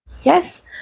Yes